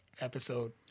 episode